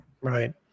Right